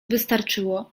wystarczyło